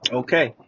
okay